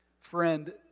friend